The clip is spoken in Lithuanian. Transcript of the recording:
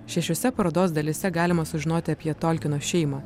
šešiose parodos dalyse galima sužinoti apie tolkino šeimą